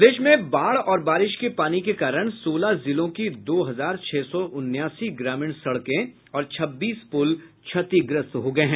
प्रदेश में बाढ और बारिश के पानी के कारण सोलह जिलों की दो हजार छह सौ उनयासी ग्रामीण सड़कें और छब्बीस पुल क्षतिग्रस्त हो गये हैं